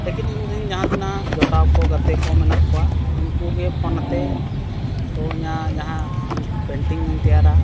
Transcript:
ᱞᱮᱠᱤᱱ ᱤᱧ ᱨᱮᱱ ᱡᱟᱦᱟᱸ ᱛᱤᱱᱟᱹᱜ ᱡᱚᱴᱟᱣ ᱠᱚ ᱜᱟᱛᱮ ᱠᱚ ᱢᱮᱱᱟᱜ ᱠᱚᱣᱟ ᱩᱱᱠᱩ ᱜᱮ ᱯᱷᱳᱱ ᱟᱛᱮ ᱠᱚ ᱤᱧᱟᱹᱜ ᱡᱟᱦᱟᱸ ᱤᱧ ᱯᱮᱱᱴᱤᱝ ᱤᱧ ᱛᱮᱭᱟᱨᱟ